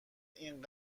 این